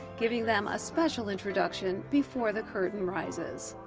giving them a special introduction before the curtain rises.